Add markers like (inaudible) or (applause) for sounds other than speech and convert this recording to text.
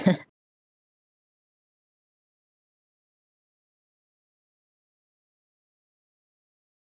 (laughs)